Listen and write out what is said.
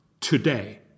today